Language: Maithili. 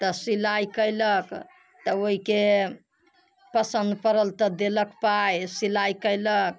तऽ सिलाइ कयलक तऽ ओइके पसन्द पड़ल तऽ देलक पाइ सिलाइ कयलक